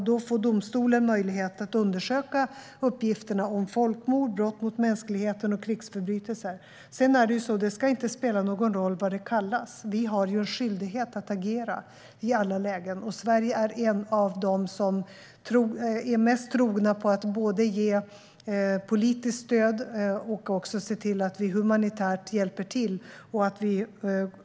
Då får domstolen möjlighet att undersöka uppgifterna om folkmord, brott mot mänskligheten och krigsförbrytelser. Det ska inte spela någon roll vad det kallas; vi har en skyldighet att agera i alla lägen. Sverige är en av de mest trogna både när det gäller att ge politiskt stöd och när det gäller att se till att humanitärt hjälpa till.